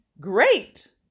great